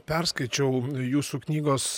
perskaičiau jūsų knygos